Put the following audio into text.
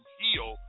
heal